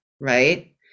right